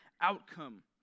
outcome